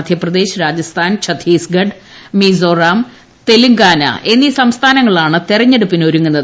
മധ്യപ്രദ്ദേശ്ച് രാജസ്ഥാൻ ഛത്തീസ്ഗഡ് മിസോറാം തെലുങ്കാന എന്നീ സംസ്മാനങ്ങളാണ് തെരഞ്ഞെടുപ്പിനൊരുങ്ങുന്നത്